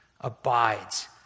abides